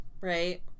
right